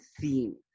theme